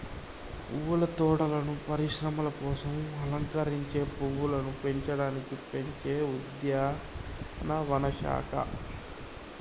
పువ్వుల తోటలను పరిశ్రమల కోసం అలంకరించే పువ్వులను పెంచడానికి పెంచే ఉద్యానవన శాఖ